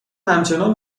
همچنان